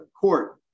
court